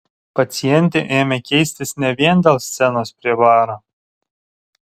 pacientė ėmė keistis ne vien dėl scenos prie baro